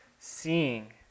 Seeing